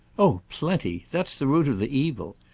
oh plenty. that's the root of the evil.